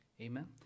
Amen